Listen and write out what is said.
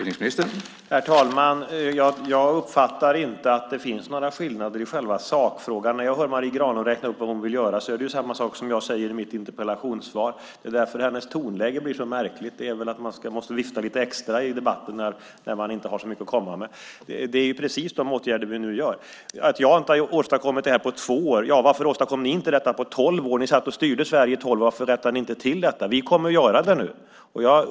Herr talman! Jag uppfattar inte att det finns några skillnader i själva sakfrågan. När jag hör Marie Granlund räkna upp vad hon vill göra är det samma sak som jag säger i mitt interpellationssvar. Det är därför hennes tonläge blir så märkligt. Men man måste väl vifta lite extra i debatten när man inte har så mycket att komma med. Hon talar ju precis om de åtgärder vi nu vidtar. Jan Björklund har inte åstadkommit det här på två år, säger Marie Granlund. Men varför åstadkom ni inte detta på tolv år? Ni satt och styrde Sverige i tolv år. Varför rättade ni inte till detta? Vi kommer att göra det nu.